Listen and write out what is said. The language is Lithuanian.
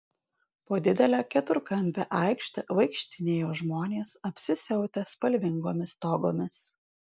po didelę keturkampę aikštę vaikštinėjo žmonės apsisiautę spalvingomis togomis